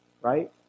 right